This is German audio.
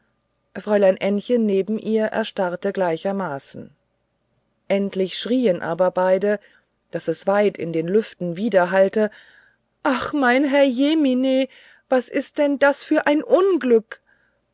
fräulein ännchen neben ihr erstarrte gleichermaßen endlich schrien aber beide daß es weit in den lüften umherschallte ach mein herrjemine was ist denn das für ein unglück